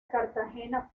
cartagena